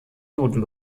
juden